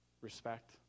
respect